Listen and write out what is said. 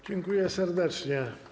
Dziękuję serdecznie.